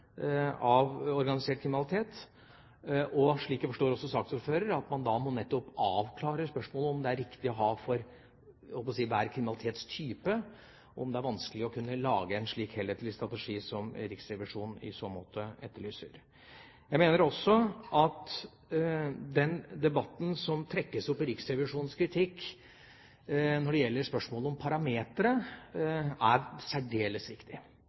av organisert kriminalitet, og – slik jeg også forstår saksordføreren – at man nettopp må avklare spørsmålet om det er riktig å ha en strategi, jeg holdt på å si, for hver kriminalitetstype, og om det er vanskelig å kunne lage en slik helhetlig strategi som Riksrevisjonen i så måte etterlyser. Jeg mener også at den debatten som trekkes opp i Riksrevisjonens kritikk når det gjelder spørsmålet om parametere, er særdeles viktig.